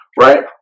right